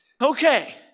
Okay